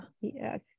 Yes